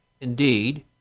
Indeed